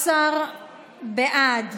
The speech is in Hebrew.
19 בעד,